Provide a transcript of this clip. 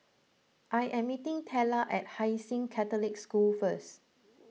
I am meeting Tella at Hai Sing Catholic School first